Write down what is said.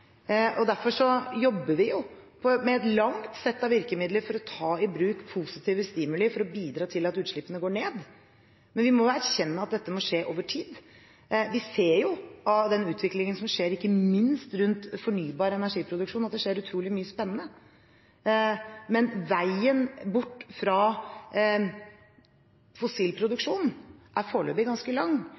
og derfor jobber vi med et langt sett av virkemidler for å ta i bruk positive stimuli for å bidra til at utslippene går ned, men vi må erkjenne at dette må skje over tid. Vi ser av den utviklingen som skjer, ikke minst rundt fornybar energiproduksjon, at det skjer utrolig mye spennende, men veien bort fra fossil produksjon er foreløpig ganske lang,